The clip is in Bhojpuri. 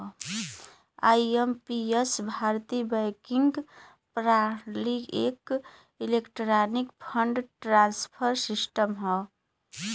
आई.एम.पी.एस भारतीय बैंकिंग प्रणाली क एक इलेक्ट्रॉनिक फंड ट्रांसफर सिस्टम हौ